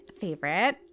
favorite